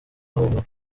bahunga